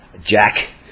Jack